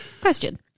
Question